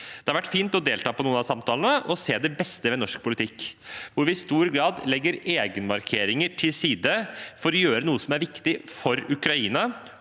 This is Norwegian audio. Det har vært fint å delta på noen av samtalene og se det beste ved norsk politikk, hvor vi i stor grad legger egenmarkeringer til side for å gjøre noe som er viktig for Ukraina